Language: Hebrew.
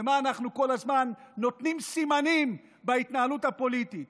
ואנחנו כל הזמן נותנים סימנים בהתנהלות הפוליטית.